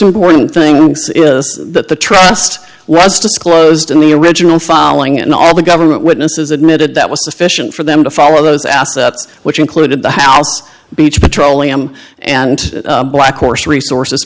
important thing that the trust was disclosed in the original filing and all the government witnesses admitted that was sufficient for them to follow those assets which included the house beach petroleum and black course resources